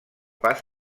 pas